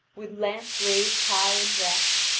with lance raised high in rest,